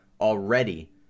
already